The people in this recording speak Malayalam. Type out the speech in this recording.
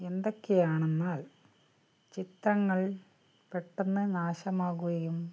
എന്തൊക്കെയാണെന്നാൽ ചിത്രങ്ങൾ പെട്ടെന്നു നാശമാകുകയും